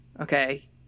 Okay